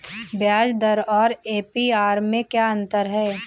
ब्याज दर और ए.पी.आर में क्या अंतर है?